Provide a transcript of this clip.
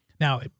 Now